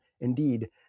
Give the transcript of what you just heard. indeed